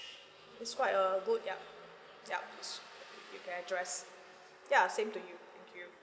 it's quite a good yup yup address ya same to you thank you